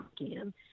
again